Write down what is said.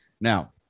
now